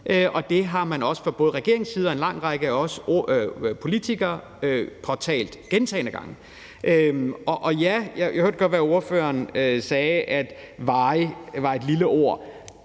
Det har man også fra både regeringens side og en lang række af os politikeres side påtalt gentagne gange. Og ja, jeg hørte godt, at ordføreren sagde, at varig var et lille ord.